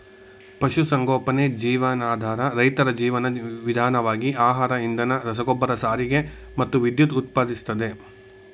ಪಶುಸಂಗೋಪನೆ ಜೀವನಾಧಾರ ರೈತರ ಜೀವನ ವಿಧಾನವಾಗಿ ಆಹಾರ ಇಂಧನ ರಸಗೊಬ್ಬರ ಸಾರಿಗೆ ಮತ್ತು ವಿದ್ಯುತ್ ಉತ್ಪಾದಿಸ್ತದೆ